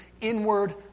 inward